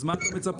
אז מה אתה מצפה,